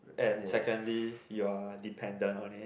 and secondly you are dependent on it